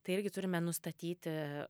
tai irgi turime nustatyti